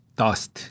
dust